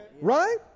right